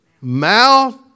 mouth